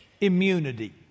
immunity